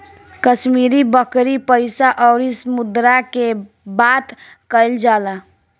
कश्मीरी बकरी पइसा अउरी मुद्रा के बात कइल जाला